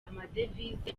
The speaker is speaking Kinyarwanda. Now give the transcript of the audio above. amadevize